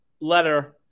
letter